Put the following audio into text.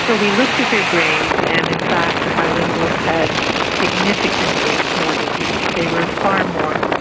but we looked at their brains and in fact the bilinguals had significantly more disease, they were far more